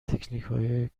تکنیکهای